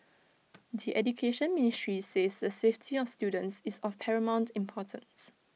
the Education Ministry says the safety of students is of paramount importance